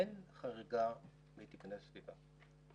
אין חריגה מתקני הסביבה.